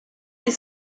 les